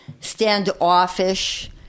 standoffish